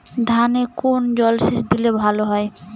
ধানে কোন জলসেচ দিলে ভাল হয়?